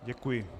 Děkuji.